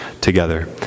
together